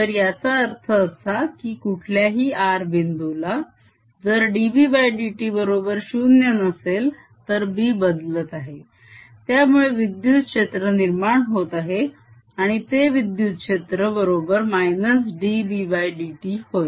तर याचा अर्थ असा की कुठल्याही r बिंदू ला जर dBdt बरोबर 0 नसेल तर B बदलत आहे त्यामुळे विद्युत क्षेत्र निर्माण होत आहे आणि ते विद्युत क्षेत्र बरोबर -dBdt होय